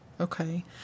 Okay